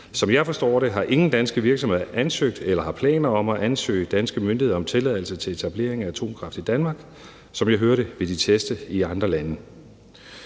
Som jeg forstår det har ingen danske virksomheder ansøgt eller har planer om at ansøge danske myndigheder om tilladelse til etablering af atomkraft i Danmark. Som jeg hører det, vil de teste i andre lande.